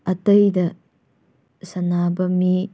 ꯑꯇꯩꯗ ꯁꯥꯟꯅꯕ ꯃꯤ